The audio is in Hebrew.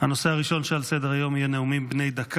הצעת חוק יום בריאות הנפש,